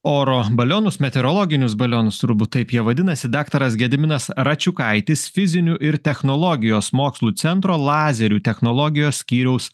oro balionus meteorologinius balionus turbūt taip jie vadinasi daktaras gediminas račiukaitis fizinių ir technologijos mokslų centro lazerių technologijos skyriaus